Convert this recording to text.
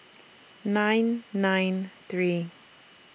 nine nine three